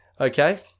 okay